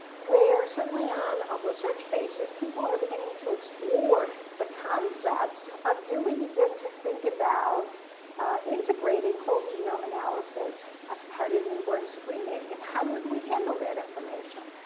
where, certainly on a research basis, people are beginning to explore the concepts of do we begin to think about integrating whole genome analysis as part of newborn screening? and how would we handle that information?